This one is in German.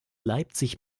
leipzig